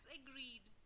agreed